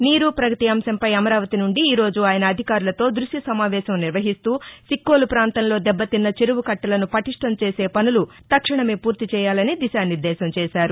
నీరు ప్రగతి అంశంపై అమరావతి నుండి ఈరోజు ఆయన అధికారులతో ద్భశ్యసమావేశం నిర్వహిస్తూ సిక్కోలు పాంతంలో దెబ్బతిన్న చెరువు కట్టలను పటిష్ణంచేసే పనులు తక్షణమే పూర్తి చేయాలని దిశానిర్గేశం చేశారు